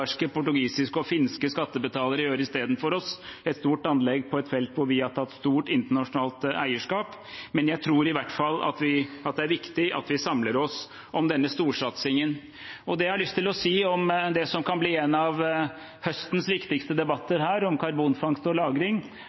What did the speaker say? portugisiske og finske skattebetalere gjøre istedenfor oss – et stort anlegg på et felt hvor vi har tatt stort internasjonalt eierskap. Men jeg tror i hvert fall det er viktig at vi samler oss om denne storsatsingen. Det jeg har lyst til å si om det som kan bli en av høstens viktigste debatter her, om karbonfangst og